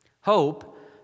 Hope